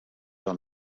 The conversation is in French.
dans